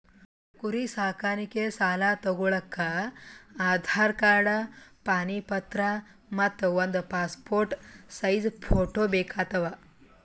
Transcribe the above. ಕುರಿ ಸಾಕಾಣಿಕೆ ಸಾಲಾ ತಗೋಳಕ್ಕ ಆಧಾರ್ ಕಾರ್ಡ್ ಪಾಣಿ ಪತ್ರ ಮತ್ತ್ ಒಂದ್ ಪಾಸ್ಪೋರ್ಟ್ ಸೈಜ್ ಫೋಟೋ ಬೇಕಾತವ್